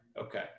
okay